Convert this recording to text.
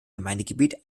gemeindegebiet